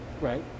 right